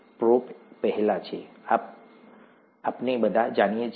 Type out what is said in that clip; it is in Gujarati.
પ્રો પહેલા છે આ આપણે બધા જાણીએ છીએ